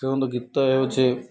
ଗୀତ ହେଉଛି